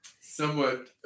somewhat